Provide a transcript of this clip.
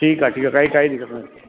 ठीकु आहे ठीकु आहे काई काई दिक़त नाहे